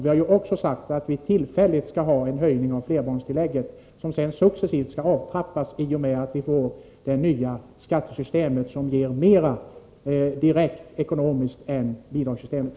Vi har också sagt att vi tillfälligt skall ha en höjning av flerbarnstillägget, vilket sedan successivt skall avtrappas i och med att vi får det nya skattesystemet, som ger mer direkt ekonomiskt än bidragssystemet.